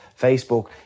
Facebook